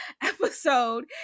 episode